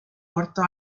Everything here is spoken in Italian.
portò